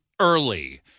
early